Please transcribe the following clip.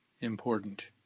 important